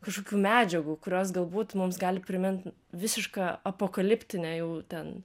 kažkokių medžiagų kurios galbūt mums gali primint visišką apokaliptinę jau ten